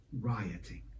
rioting